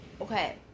Okay